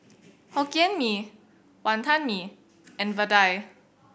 Hokkien Mee Wonton Mee and Vadai